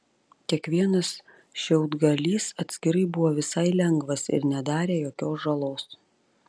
kiekvienas šiaudgalys atskirai buvo visai lengvas ir nedarė jokios žalos